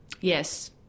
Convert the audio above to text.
Yes